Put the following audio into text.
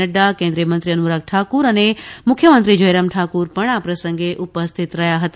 નડ્ડા કેન્દ્રીય મંત્રી અનુરાગ ઠાકુર અને મુખ્યમંત્રી જયરામ ઠાકુર આ પ્રસંગે હાજર રહ્યા હતા